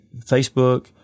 Facebook